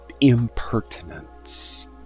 Impertinence